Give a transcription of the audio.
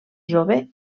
jove